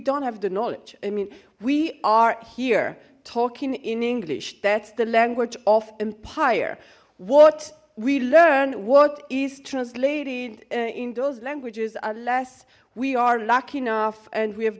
don't have the knowledge i mean we are here talking in english that's the language of empire what we learn what is translated in those languages are less we are lucky enough and we have